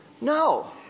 No